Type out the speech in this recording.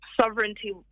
sovereignty